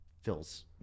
fills